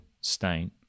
stain